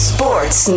Sports